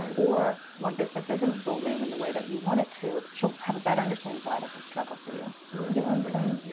or when business isn't booming in the way that you want it to, she'll have a better understanding why that's a struggle for you. right. you get what i'm saying?